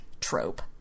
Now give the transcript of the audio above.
trope